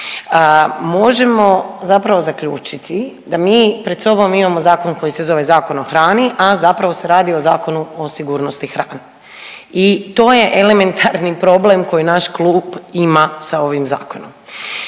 možemo zapravo zaključiti da mi pred sobom imamo zakon koji se zove Zakon o hrani, a zapravo se radi o Zakonu o sigurnosti hrane. I to je elementarni problem koji naš klub ima sa ovim zakonom.